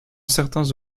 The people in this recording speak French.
certains